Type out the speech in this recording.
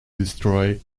destroy